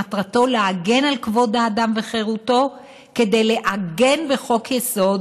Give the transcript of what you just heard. מטרתו להגן על כבוד האדם וחירותו כדי לעגן בחוק-יסוד